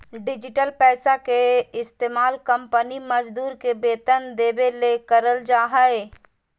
digital पैसा के इस्तमाल कंपनी मजदूर के वेतन देबे ले करल जा हइ